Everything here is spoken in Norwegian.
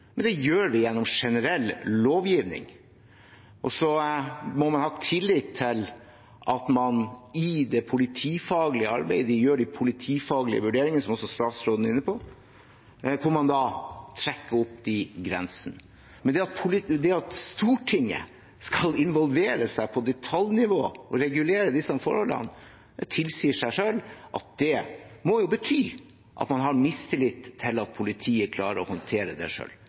men det gjør vi gjennom generell lovgivning. Man må ha tillit til at man i det politifaglige arbeidet gjør de politifaglige vurderingene, som også statsråden var inne på, hvor man trekker opp de grensene. Men det at Stortinget skal involvere seg på detaljnivå og regulere disse forholdene, må bety – det sier seg selv – at man har mistillit til at politiet klarer å håndtere det